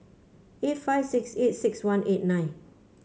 eight five six eight six one eight nine